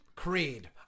creed